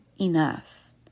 enough